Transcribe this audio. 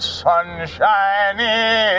sunshiny